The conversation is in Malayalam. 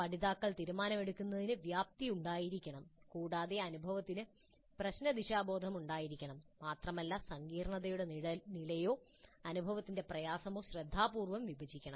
പഠിതാക്കൾ തീരുമാനമെടുക്കുന്നതിന് വ്യാപ്തി ഉണ്ടായിരിക്കണം കൂടാതെ അനുഭവത്തിന് പ്രശ്ന ദിശാബോധം ഉണ്ടായിരിക്കണം മാത്രമല്ല സങ്കീർണ്ണതയുടെ നിലയോ അനുഭവത്തിന്റെ പ്രയാസമോ ശ്രദ്ധാപൂർവ്വം വിഭജിക്കണം